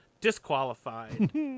disqualified